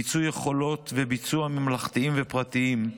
מיצוי יכולות וביצוע ממלכתיים ופרטיים,